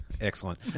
excellent